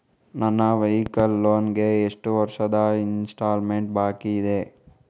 ನನ್ನ vehicle loan ಗೆ ಎಷ್ಟು ವರ್ಷದ ಇನ್ಸ್ಟಾಲ್ಮೆಂಟ್ ಬಾಕಿ ಇದೆ?